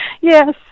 yes